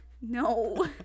No